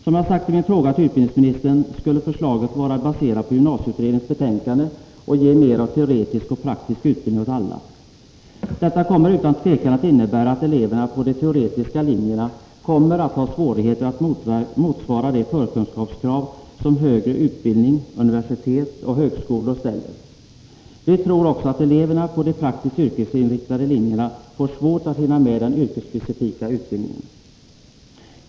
Som jag sagt i min fråga till utbildningsministern skulle ett regeringsförslag vara baserat på gymnasieutredningens betänkande och ge mer av teoretisk och praktisk utbildning åt alla. Detta kommer utan tvivel att innebära att eleverna på de teoretiska linjerna kommer att ha svårigheter att motsvara de förkunskapskrav som högre utbildning — universitet och högskolor — ställer. Vi tror också att eleverna på de praktiskt yrkesinriktade linjerna får svårt att hinna med den yrkesspecifika utbildningen.